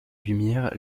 lumière